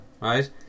right